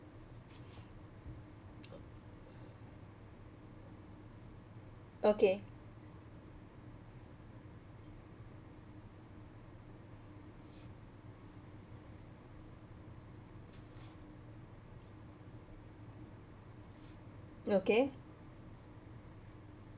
okay okay